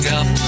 up